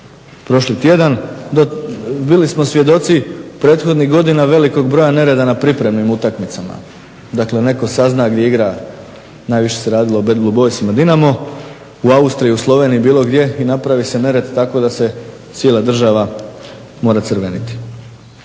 prošli tjedan. Bili smo svjedoci prethodnih godina velikog broja nereda na pripremnim utakmicama. Dakle, netko sazna gdje igra najviše se radilo o Bad Blue Boysima Dinamo u Austriji, u Sloveniji, bilo gdje i napravi se nered tako da se cijela država mora crveniti.